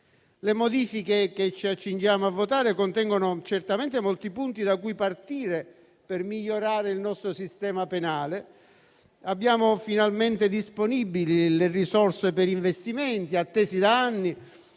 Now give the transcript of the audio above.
Le modifiche che ci accingiamo a votare contengono certamente molti punti da cui partire per migliorare il nostro sistema penale. Abbiamo finalmente disponibili le risorse per investimenti attesi da anni,